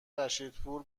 رشیدپور